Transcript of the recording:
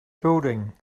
building